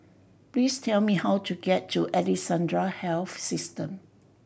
please tell me how to get to Alexandra Health System